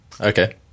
Okay